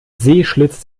sehschlitz